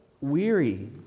weary